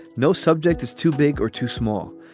no subject is too big or too small.